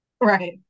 Right